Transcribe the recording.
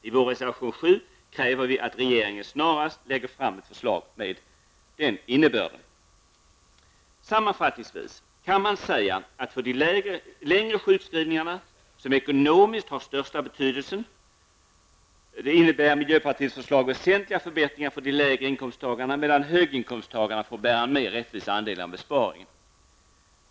I vår reservation 7 kräver vi att regeringen snarast lägger fram ett förslag med regler av denna innebörd. Sammanfattningsvis kan man säga att för de längre sjukskrivningarna, som ekonomiskt har den största betydelsen, innebär miljöpartiets förslag väsentliga förbättringar för de lägre inkomsttagarna medan höginkomsttagarna får bära en mer rättvis andel av besparingen.